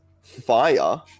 fire